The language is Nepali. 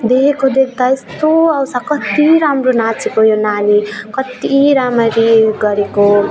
देखेको देख्दा यस्तो आउँछ कति राम्रो नाँचेको यो नानी कति राम्ररी गरेको